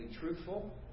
truthful